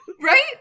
right